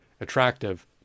attractive